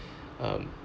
um